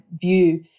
view